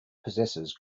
possesses